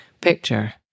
picture